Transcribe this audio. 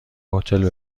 هتل